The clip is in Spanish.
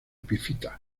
epífitas